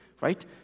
right